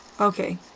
Okay